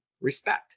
respect